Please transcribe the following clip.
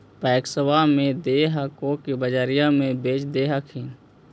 पैक्सबा मे दे हको की बजरिये मे बेच दे हखिन?